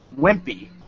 Wimpy